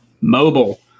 Mobile